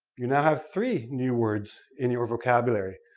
you now have three new words in your vocabulary.